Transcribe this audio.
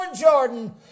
Jordan